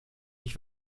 ich